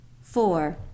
Four